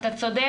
אתה צודק.